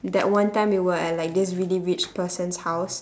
that one time we were at like this really rich person's house